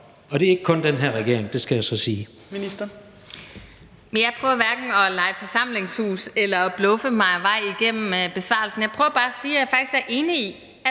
18:14 Miljøministeren (Lea Wermelin): Men jeg prøver hverken at lege forsamlingshus eller bluffe mig vej igennem besvarelsen. Jeg prøver bare at sige, at jeg faktisk er enig i,